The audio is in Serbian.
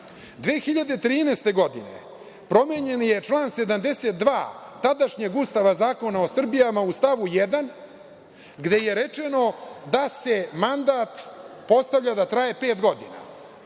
godine promenjen je član 72. tadašnjeg ustava Zakona o sudijama u stavu 1. gde je rečeno da se mandat postavlja da traje pet godina.